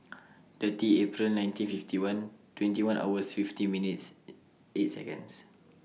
thirty April nineteen fifty one twenty one hours fifty minutes eight Seconds